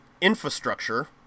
infrastructure